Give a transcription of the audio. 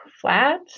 flat